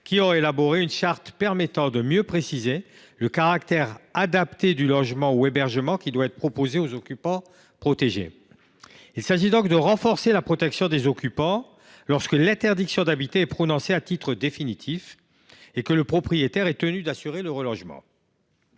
qui ont élaboré une charte destinée à mieux préciser ce qui détermine le caractère adapté du logement ou de l’hébergement qui doit être proposé aux occupants protégés. Il s’agit donc de renforcer la protection des occupants lorsque l’interdiction d’habiter est prononcée à titre définitif et que le propriétaire est tenu d’assurer le relogement.